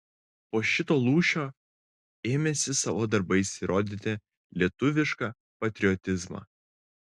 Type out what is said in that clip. po šito lūžio ėmėsi savo darbais įrodyti lietuvišką patriotizmą